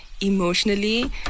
emotionally